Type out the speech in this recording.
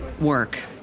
work